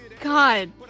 god